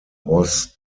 was